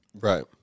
Right